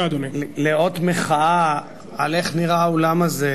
לאות מחאה על איך נראה האולם הזה,